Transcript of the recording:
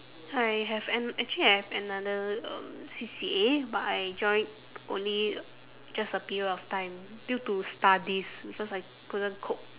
I have an~ actually I have another um C_C_A but I joined only just a period of time due to studies because I couldn't cope